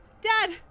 Dad